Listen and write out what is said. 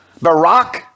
Barack